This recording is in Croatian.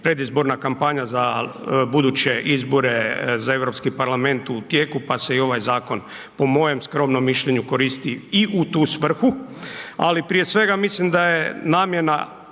predizborna kampanja za buduće izbore za Europski parlament u tijeku, pa se i ovaj zakon po mojem skromnom mišljenju koristi i u tu svrhu, ali prije svega mislim da je namjera